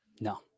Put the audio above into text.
No